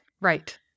Right